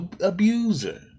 Abuser